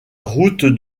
route